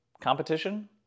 competition